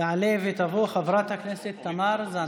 תעלה ותבוא חברת הכנסת תמר זנדברג.